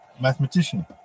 mathematician